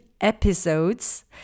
episodes